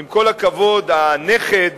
עם כל הכבוד, הנכד